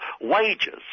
wages